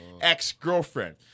ex-girlfriend